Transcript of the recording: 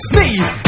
Sneeze